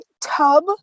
tub